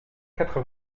quatre